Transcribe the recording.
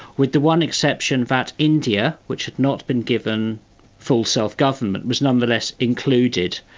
with the one exception that india, which had not been given full self-government, was nonetheless included.